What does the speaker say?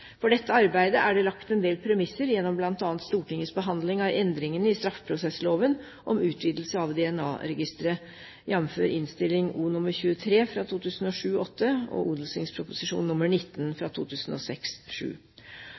For dette arbeidet er det lagt en del premisser gjennom bl.a. Stortingets behandling av endringene i straffeprosessloven om utvidelse av DNA-registre, jf. Innst. O. nr. 23 for 2007–2008 og Ot.prp. nr. 19 for 2006–2007. For øvrig vil Justis- og